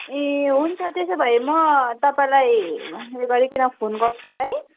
ए हुन्छ त्यसो भए म तपाईँलाई उयो गरीकन फोन गर्छु नि है